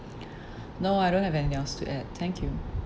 no I don't have anything else to add thank you